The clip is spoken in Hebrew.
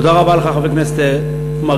תודה רבה לך, חבר הכנסת מרגלית.